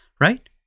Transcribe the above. Right